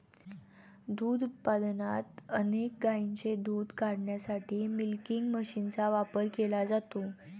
दूध उत्पादनात अनेक गायींचे दूध काढण्यासाठी मिल्किंग मशीनचा वापर केला जातो